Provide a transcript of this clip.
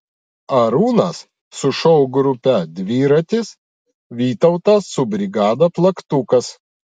arūnas su šou grupe dviratis vytautas su brigada plaktukas